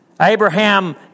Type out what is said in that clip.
Abraham